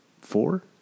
four